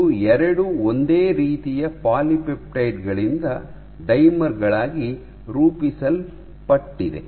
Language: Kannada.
ಇದು ಎರಡು ಒಂದೇ ರೀತಿಯ ಪಾಲಿಪೆಪ್ಟೈಡ್ ಗಳಿಂದ ಡೈಮರ್ ಗಳಾಗಿ ರೂಪಿಸಲ್ಪಡುತ್ತದೆ